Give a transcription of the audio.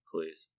Please